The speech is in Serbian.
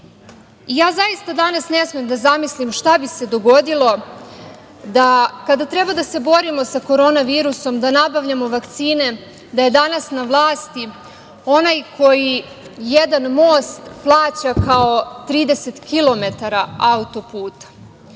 zaista danas ne smem da zamislim šta bi se dogodilo da kada treba da se borimo sa korona virusom, da nabavljamo vakcine, da je danas na vlasti onaj koji jedan most plaća kao 30 km auto-puta,